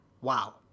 Wow